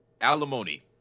Alimony